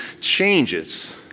changes